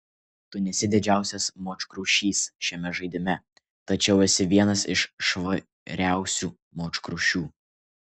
tu nesi didžiausias močkrušys šiame žaidime tačiau esi vienas iš švariausių močkrušių